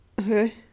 Okay